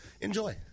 enjoy